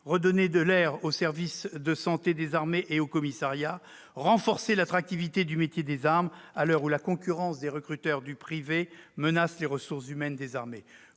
redonner de l'air au service de santé et au commissariat des armées et renforcer l'attractivité du métier des armes, à l'heure où la concurrence des recruteurs du privé menace les ressources humaines des armées.